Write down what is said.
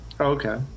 Okay